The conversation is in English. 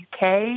UK